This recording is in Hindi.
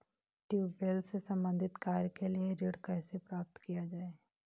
ट्यूबेल से संबंधित कार्य के लिए ऋण कैसे प्राप्त किया जाए?